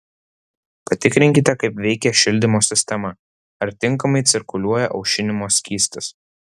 patikrinkite kaip veikia šildymo sistema ar tinkamai cirkuliuoja aušinimo skystis